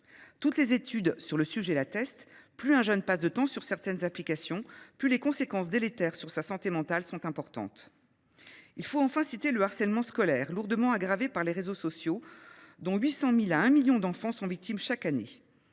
Toutes les études sur le sujet en attestent : plus un jeune passe de temps sur certaines applications, plus les conséquences délétères sur sa santé mentale sont importantes. Il faut enfin citer le harcèlement scolaire, lourdement aggravé par les réseaux sociaux, dont 800 000 à 1 million d’enfants sont victimes chaque année.